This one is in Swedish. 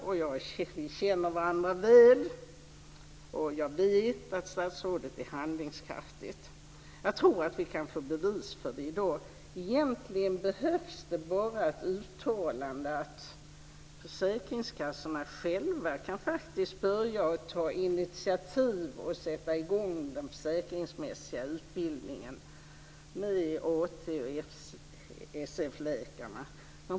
Vi känner varandra väl, och jag vet att statsrådet är handlingskraftig. Jag tror att vi kan få bevis för det i dag. Egentligen behövs det bara ett uttalande att försäkringskassorna själva kan börja ta initiativ och sätta i gång den försäkringsmässiga utbildningen med AT och SF-läkarna.